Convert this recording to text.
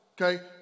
okay